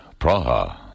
Praha